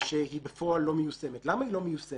ושהיא בפועל לא מיושמת, למה היא לא מיושמת?